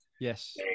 yes